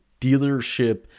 dealership